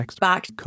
back